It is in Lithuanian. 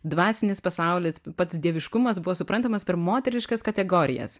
dvasinis pasaulis pats dieviškumas buvo suprantamas per moteriškas kategorijas